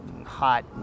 hot